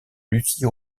lucie